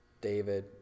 David